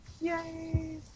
Yay